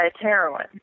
heroin